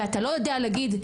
ואתה לא יודע להגיד,